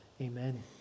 amen